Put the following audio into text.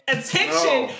Attention